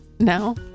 No